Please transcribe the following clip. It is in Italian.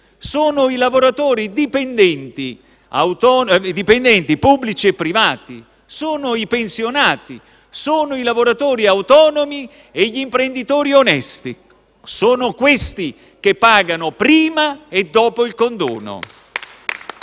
Sono i lavoratori dipendenti, pubblici e privati, i pensionati, i lavoratori autonomi e gli imprenditori onesti. Sono questi che pagano, prima e dopo il condono.